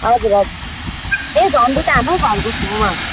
हजुर हजुर ए झन्डू त हाम्रो घरको छेउमा हो नि